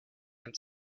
dem